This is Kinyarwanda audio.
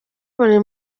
buri